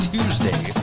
Tuesday